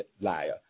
liar